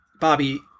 Bobby